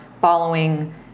following